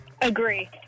Agree